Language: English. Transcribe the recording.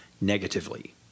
negatively